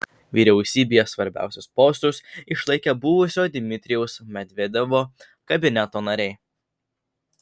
vyriausybėje svarbiausius postus išlaikė buvusio dmitrijaus medvedevo kabineto nariai